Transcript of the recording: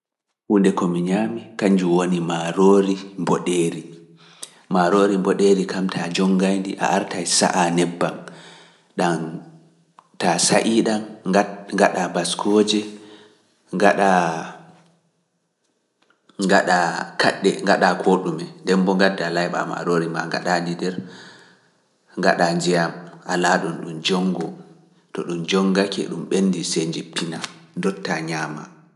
Huunde komi ñaami, kanjum woni maaroori mboɗeeri, maaroori mboɗeeri kam taa jonngai ndi, a artai sa’a nebbam, ɗam taa sa’ii ɗam, ngaɗa baskoje, ngaɗa kaɗɗe, ngaɗa koɗume, ndem mbo ngadda layɓa maroori maa, ngaɗa ndi nder, ngaɗa njiyam ala ɗum ɗum jonngo, to ɗum jonngake ɗum ɓendi sey njippina, ndotta ñaama.